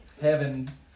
heaven